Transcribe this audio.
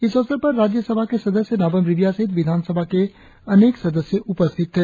इस अवसर पर राज्य सभा के सदस्य नाबम रिबिया सहित विधानसभा के अनेक सदस्य उपस्थित थे